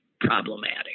problematic